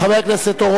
מי בעד?